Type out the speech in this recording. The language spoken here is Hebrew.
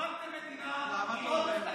קיבלתם מדינה עם עודף תקציבי,